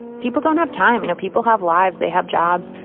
people don't have time, you know. people have lives. they have jobs.